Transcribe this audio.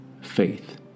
faith